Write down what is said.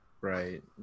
Right